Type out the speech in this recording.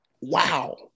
Wow